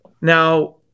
Now